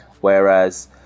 whereas